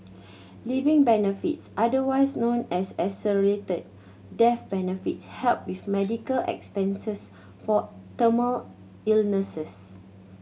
living benefits otherwise known as accelerated death benefits help with medical expenses for illnesses